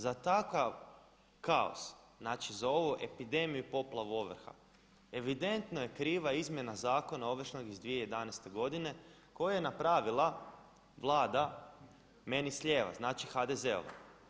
Za takav kaos, znači za ovu epidemiju i poplavu ovrha evidentno je kriva izmjena Zakona ovršnog iz 2011. godine koja je napravila Vlada meni s lijeva, znači HDZ-ova.